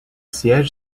siège